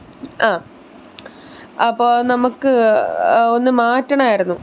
ആ അപ്പോൾ നമുക്ക് ഒന്ന് മാറ്റണമായിരുന്നു